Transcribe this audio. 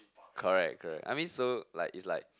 correct correct I mean so like is like